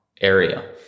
area